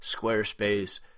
Squarespace